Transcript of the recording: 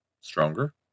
stronger